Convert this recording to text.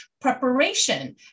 preparation